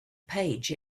page